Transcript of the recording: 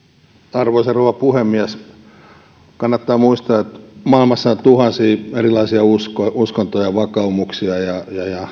arvoisa rouva puhemies kannattaa muistaa että maailmassa on tuhansia erilaisia uskontoja uskontoja ja vakaumuksia ja